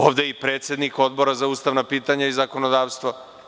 Ovde je i predsednik Odbora za ustavna pitanja i zakonodavstvo.